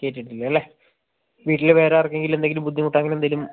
കയറ്റിയിട്ടില്ലല്ലേ വീട്ടിൽ വേറെ ആർക്കെങ്കിലും എന്തെങ്കിലും ബുദ്ധിമുട്ട് അങ്ങനെയെന്തേലും